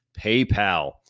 PayPal